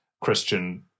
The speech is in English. Christian